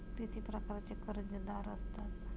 किती प्रकारचे कर्जदार असतात